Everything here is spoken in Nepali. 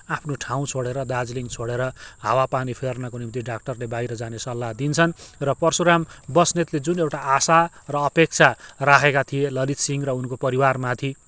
आफ्नो ठाउँ छोडेर दार्जिलिङ छोडेर हावापानी फेर्नको निम्ति डाक्टरले बाहिर जाने सल्लाह दिन्छन् र पर्सुराम बस्नेतले जुन एउटा आशा र अपेक्षा राखेका थिए ललित सिंह र उनको परिवारमाथि